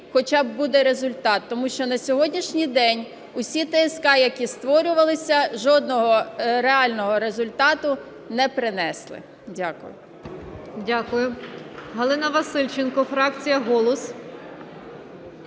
хоча буде результат, тому що на сьогоднішній день усі ТСК, які створювалися, жодного реального результату не принесли. Дякую.